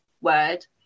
word